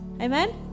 Amen